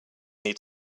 need